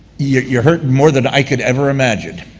you're hurting more than i could ever imagine.